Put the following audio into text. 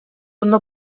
ondo